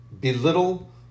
belittle